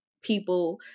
people